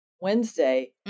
wednesday